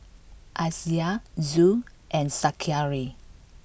Aisyah Zul and Zakaria